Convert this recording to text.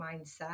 mindset